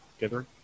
gathering